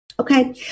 Okay